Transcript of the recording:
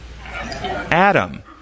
Adam